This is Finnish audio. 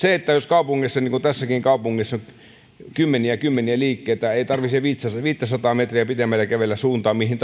kaupungeissa niin kuin tässäkin kaupungissa on kymmeniä ja kymmeniä liikkeitä ei tarvitse viittäsataa metriä pitemmälle kävellä suuntaan mihin tahansa